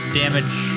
damage